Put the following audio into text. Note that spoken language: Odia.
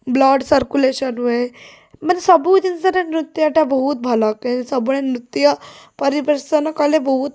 ବ୍ଲଡ଼୍ ସର୍କୁଲେସନ୍ ହୁଏ ମାନେ ସବୁ ଜିନିଷରେ ନୃତ୍ୟଟା ବହୁତ ଭଲ କାହିଁ ସବୁବେଳେ ନୃତ୍ୟ ପରିଦର୍ଶନ କଲେ ବହୁତ